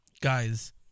guys